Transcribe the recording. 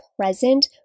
present